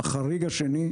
החריג השני,